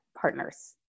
partners